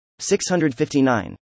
659